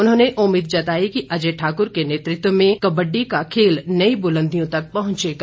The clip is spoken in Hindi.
उन्होंने उम्मीद जताई कि अजय ठाक्र के नेतृत्व में कबड्डी का खेल नई बुलंदियों तक पहंचेगा